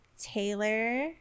Taylor